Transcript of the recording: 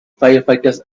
firefighters